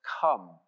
come